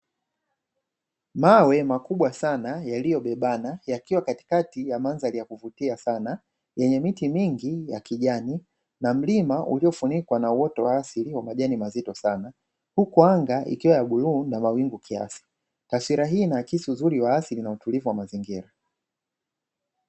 Mawe makubwa sana yaliyobebana yakiwa katikati ya mandhari ya kuvutia sana, yenye miti mingi ya kijani na mlima uliofunikwa na uoto wa asili wa majani mazito sana. Huku anga ikiwa ya bluu na mawingu kiasi. Taswira hii inaakisi uzuri wa asili na utulivu wa mazingira.